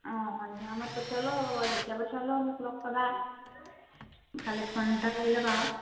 অঁ সন্ধিয়া সময়ত পঠিয়ালেও হ'ব বাৰু যেতিয়া পঠিয়ালেও মোক লগ পাবা খালি ফোন এটা কৰি ল'বা আৰু